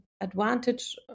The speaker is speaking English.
advantage